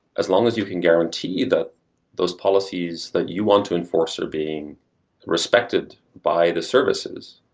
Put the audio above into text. as long as you can guarantee that those policies that you want to enforce are being respected by the services,